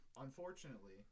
unfortunately